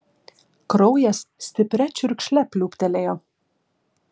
kraujas stipria čiurkšle pliūptelėjo